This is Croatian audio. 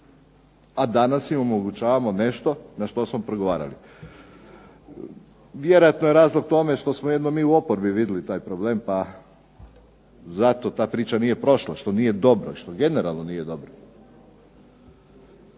a danas im omogućavamo nešto na što smo prigovarali. Vjerojatno je razlog u tome što smo mi u oporbi vidjeli taj problem, pa zato ta priča nije prošla, što generalno nije dobro.